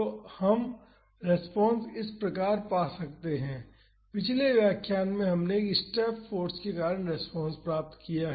तो हम रेस्पॉन्स इस प्रकार पा सकते हैं पिछले व्याख्यान में हमने एक स्टेप फाॅर्स के कारण रेस्पॉन्स प्राप्त किया है